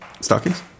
Stockings